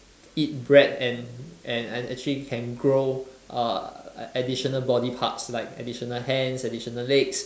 eat bread and and and actually can grow uh additional body parts like additional hands additional legs